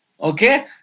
Okay